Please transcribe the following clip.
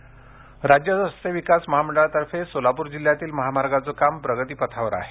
महामार्ग राज्य रस्ते विकास महामंडळातर्फे सोलापूर जिल्ह्यातील महामार्गाचं काम प्रगतीपथावर आहे